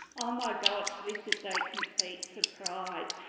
um my gosh, this is a complete surprise.